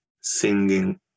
singing